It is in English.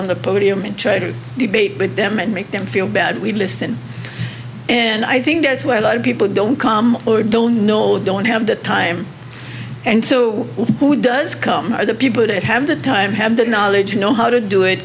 on the podium and try to debate with them and make them feel bad we listen and i think that's where lot of people don't come or don't know don't have the time and so who does come are the people that have the time have the knowledge you know how to do it